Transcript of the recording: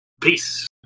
Peace